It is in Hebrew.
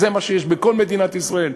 זה מה שיש בכל מדינת ישראל.